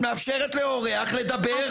את לא מתביישת להגיד את זה?